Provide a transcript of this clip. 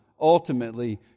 ultimately